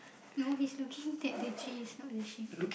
no he is looking at the tree it's not the sheep